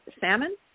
Salmon